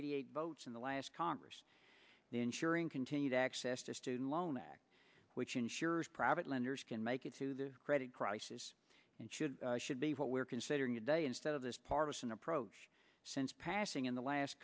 eighty eight votes in the last congress the ensuring continued access to student loan act which insures private lenders can make it to the credit crisis and should should be what we're considering a day instead of this partisan approach since passing in the last